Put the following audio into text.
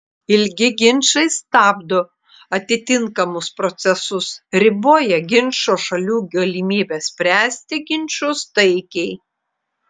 ilgi ginčai stabdo atitinkamus procesus riboja ginčo šalių galimybes spręsti ginčus taikiai